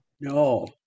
No